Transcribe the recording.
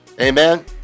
amen